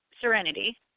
Serenity